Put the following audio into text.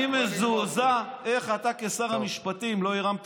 אני מזועזע איך אתה כשר המשפטים לא הרמת